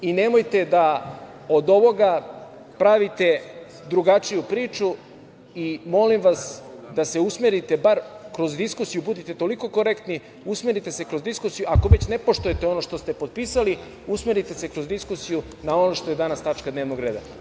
Nemojte da od ovoga pravite drugačiju priču i molim vas da se usmerite bar kroz diskusiju, budite toliko korektni, usmerite se kroz diskusiju ako već ne poštujete ono što ste potpisali, usmerite se kroz diskusiju na ovom što je danas tačka dnevnog reda.